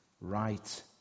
right